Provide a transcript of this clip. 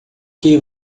que